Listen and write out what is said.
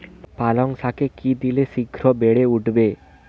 পালং শাকে কি দিলে শিঘ্র বেড়ে উঠবে?